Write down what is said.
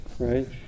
Right